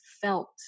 felt